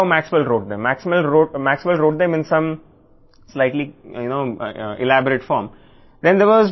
Maxwell ఇలా వ్రాయలేదు Maxwell వాటిని కొంతవరకు మీకు తెలిసిన విస్తృత రూపంలో వ్రాసాడు